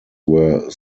were